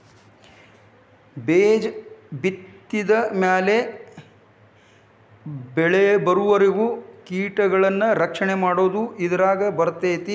ಬೇಜ ಬಿತ್ತಿದ ಮ್ಯಾಲ ಬೆಳಿಬರುವರಿಗೂ ಕೇಟಗಳನ್ನಾ ರಕ್ಷಣೆ ಮಾಡುದು ಇದರಾಗ ಬರ್ತೈತಿ